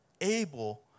able